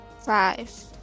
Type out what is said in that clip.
Five